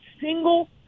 single